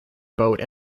boat